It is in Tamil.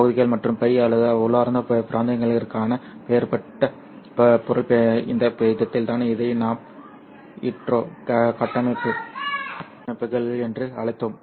பகுதிகள் மற்றும் π அல்லது உள்ளார்ந்த பிராந்தியத்திற்கான வேறுபட்ட பொருள் இந்த இடத்தில்தான் இதை நாம் ஹீட்டோரோ கட்டமைப்புகள் என்று அழைத்தோம்